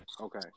Okay